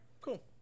cool